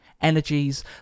Energies